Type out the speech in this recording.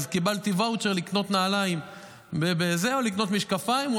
קיבלתי ואוצ'ר לקנות נעליים או לקנות משקפיים או